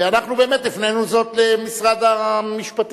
ואנחנו באמת הפנינו זאת למשרד המשפטים,